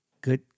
Good